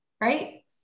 right